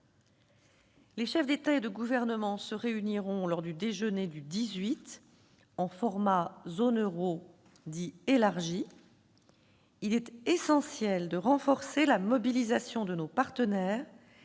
Les chefs d'État et de gouvernement se réuniront lors du déjeuner du 18 octobre, en format zone euro dit « élargi ». Il est essentiel de renforcer la mobilisation de nos partenaires,